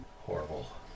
Horrible